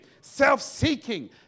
self-seeking